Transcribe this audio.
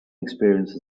experience